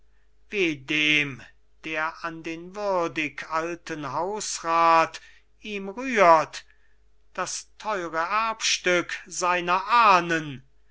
weh dem der an den würdig alten hausrat ihm rührt das teure erbstück seiner ahnen